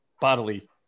bodily